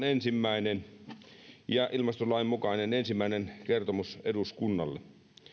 ensimmäinen ja ilmastolain mukainen ensimmäinen kertomus eduskunnalle